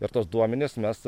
ir tuos duomenis mes